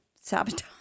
sabotage